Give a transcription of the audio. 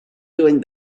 doing